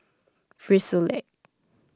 Frisolac